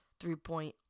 three-point